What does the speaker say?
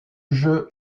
jeu